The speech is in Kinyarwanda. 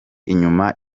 inyuma